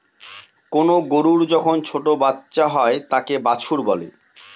কোনো গরুর যখন ছোটো বাচ্চা হয় তাকে বাছুর বলে